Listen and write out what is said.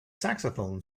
saxophone